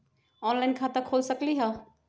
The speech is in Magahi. ऑनलाइन खाता खोल सकलीह?